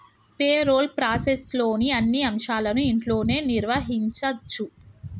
payroll ప్రాసెస్లోని అన్ని అంశాలను ఇంట్లోనే నిర్వహించచ్చు